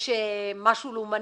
יש משהו לאומני.